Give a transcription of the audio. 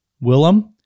Willem